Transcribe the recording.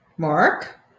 mark